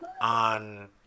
On